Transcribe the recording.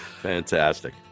Fantastic